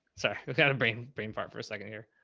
sorry, kind of brain brain fart for a second here.